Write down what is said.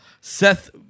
Seth